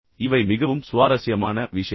எனவே இவை மிகவும் சுவாரஸ்யமான விஷயங்கள்